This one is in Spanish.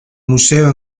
museo